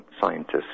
scientists